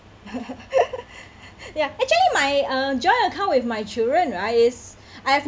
ya actually my uh joint account with my children right is I